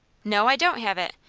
no, i don't have it,